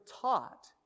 taught